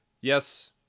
yes